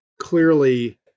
clearly